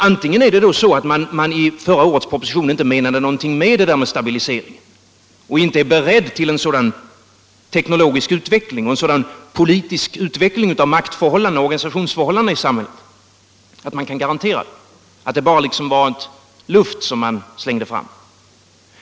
Antingen är det då så att man inte menade någonting med vad man i förra årets proposition sade om en stabilisering och inte är beredd till en sådan teknologisk utveckling och en sådan politisk utveckling av maktförhållandena och organisationsförhållandena i samhället att man kan garantera en stabilisering och att det alltså bara var luft som man slängde fram.